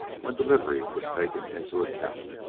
when delivery was taken into account.